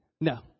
No